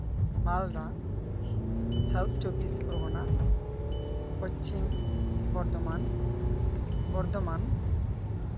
ᱢᱟᱞᱫᱟ south ᱪᱚᱵᱵᱤᱥ ᱯᱚᱨᱜᱚᱱᱟ ᱯᱚᱥᱪᱷᱤᱢ ᱵᱚᱨᱫᱷᱚᱢᱟᱱ ᱵᱚᱨᱫᱷᱚᱢᱟᱱ